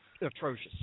atrocious